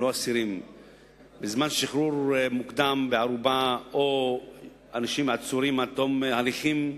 בזמן שחרור מוקדם בערובה או אנשים העצורים עד תום ההליכים,